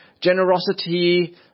generosity